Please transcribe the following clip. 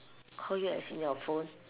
call you as in your phone